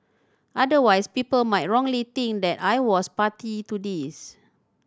otherwise people might wrongly think that I was party to this